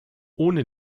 ohne